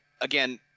again